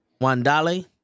Wandale